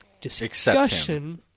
discussion